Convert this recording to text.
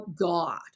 God